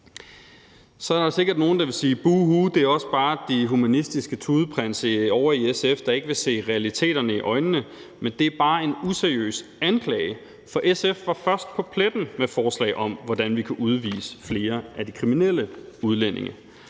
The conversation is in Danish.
Så er der sikkert nogle, der vil sige, at buh hu, det er også bare de humanistiske tudeprinse ovre i SF, der ikke vil se realiteterne i øjnene, men det er bare en useriøs anklage, for SF var først på pletten med forslag om, hvordan vi kunne udvise flere af de kriminelle udlændinge.